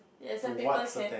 ya some people can